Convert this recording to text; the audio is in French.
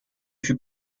fut